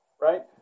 right